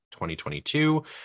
2022